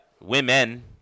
Women